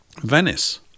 Venice